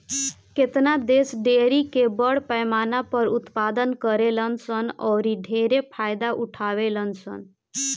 केतना देश डेयरी के बड़ पैमाना पर उत्पादन करेलन सन औरि ढेरे फायदा उठावेलन सन